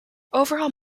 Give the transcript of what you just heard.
overall